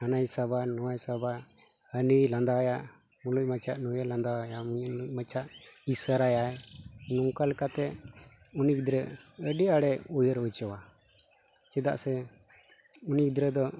ᱦᱟᱱᱟᱭ ᱥᱟᱵᱟ ᱱᱚᱣᱟᱭ ᱥᱟᱵᱟ ᱦᱟᱹᱱᱤ ᱞᱟᱸᱫᱟᱣᱟᱭᱟ ᱩᱞ ᱢᱟᱪᱷᱟ ᱱᱩᱭᱮ ᱞᱟᱸᱫᱟᱣᱟᱭᱟ ᱩᱱᱤ ᱢᱟᱪᱷᱟ ᱤᱥᱨᱟᱭᱟᱭ ᱱᱚᱝᱠᱟ ᱞᱮᱠᱟᱛᱮ ᱩᱱᱤ ᱜᱤᱫᱽᱨᱟᱹ ᱟᱹᱰᱤ ᱟᱲᱮ ᱩᱭᱦᱟᱹᱨ ᱦᱚᱪᱚᱣᱟ ᱪᱮᱫᱟᱜ ᱥᱮ ᱩᱱᱤ ᱜᱤᱫᱽᱨᱟᱹ ᱫᱚ